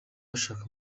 bashaka